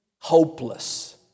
Hopeless